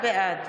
בעד